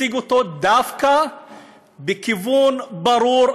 הציג אותו דווקא בכיוון ברור,